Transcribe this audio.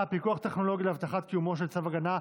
(פיקוח טכנולוגי להבטחת קיומו של צו הגנה,